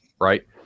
right